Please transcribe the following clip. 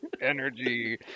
Energy